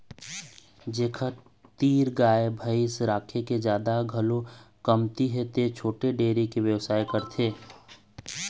जेखर तीर गाय भइसी राखे के जघा घलोक कमती हे त छोटे डेयरी के बेवसाय करथे